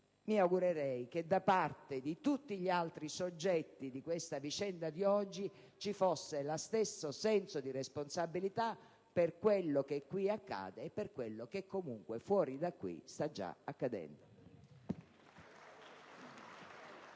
Mi augurerei che da parte di tutti gli altri soggetti di questa vicenda di oggi ci fosse lo stesso senso di responsabilità per quello che qui accade e per quello che comunque fuori da qui sta già accadendo.